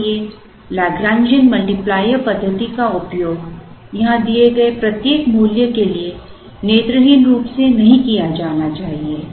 इसलिए Lagrangian multiplier पद्धति का उपयोग यहां दिए गए प्रत्येक मूल्य के लिए नेत्रहीन रूप से नहीं किया जाना चाहिए